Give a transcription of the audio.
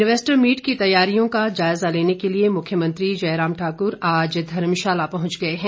investor meet की तैयारियां का जायजा लेने के लिए मुख्यमंत्री जयराम ठाक्र आज धर्मशाला पहुंच गए हैं